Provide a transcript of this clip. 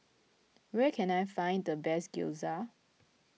where can I find the best Gyoza